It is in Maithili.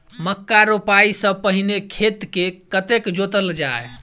मक्का रोपाइ सँ पहिने खेत केँ कतेक जोतल जाए?